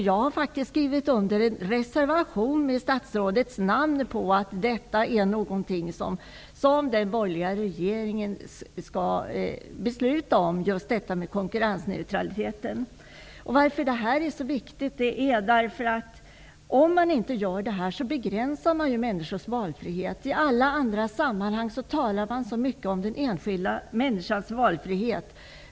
Jag har faktiskt skrivit under en reservation med statsrådet som första namn att konkurrensneutraliteten är något som den borgerliga regeringen skall fatta beslut om. Detta är viktigt, annars begränsas människors valfrihet. I alla andra sammanhang talas så mycket om den enskilda människans valfrihet.